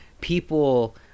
people